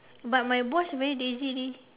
but my boss very lazy leh